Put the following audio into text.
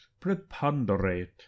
preponderate